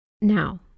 Now